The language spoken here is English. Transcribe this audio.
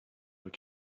were